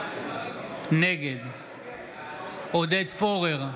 נגד עודד פורר,